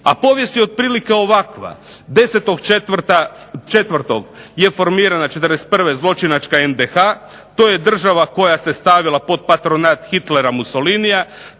A povijest je otprilike ovakva, 10.4.'41. je formirana zločinačka NDH, to je država koja se stavila pod patronat Hitlera, Mussolinija,